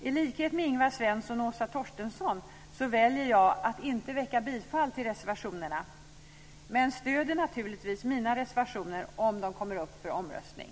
I likhet med Ingvar Svensson och Åsa Torstensson väljer jag att inte yrka bifall till reservationerna, men jag stöder naturligtvis mina reservationer om de kommer upp för omröstning.